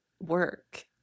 work